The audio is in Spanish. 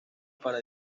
para